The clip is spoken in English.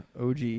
OG